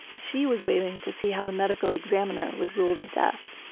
she was waiting to see how the medical examiner would rule the death.